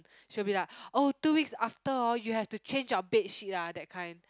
she'll be like oh two weeks after orh you have to change your bed sheet ah that kind